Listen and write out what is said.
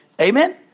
Amen